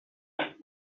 zait